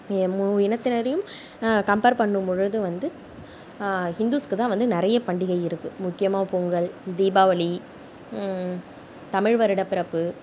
மூவினத்திரையும் compare பண்ணும்பொழுது வந்து ஹிந்துஸ்க்குதான் வந்து நிறைய பண்டிகை இருக்கு முக்கியமாக பொங்கல் தீபாவளி தமிழ் வருடப்பிறப்பு